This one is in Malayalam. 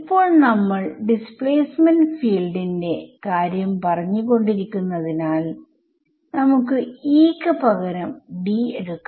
ഇപ്പോൾ നമ്മൾ ഡിസ്പ്ലേസ്മെന്റ് ഫീൽഡിന്റെ കാര്യം പറഞ്ഞുകൊണ്ടിരിക്കുന്നതിനാൽ നമുക്ക് E ക്ക് പകരം D എടുക്കാം